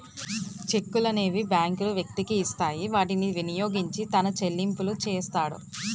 చెక్కులనేవి బ్యాంకులు వ్యక్తికి ఇస్తాయి వాటిని వినియోగించి తన చెల్లింపులు చేస్తాడు